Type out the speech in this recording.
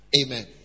Amen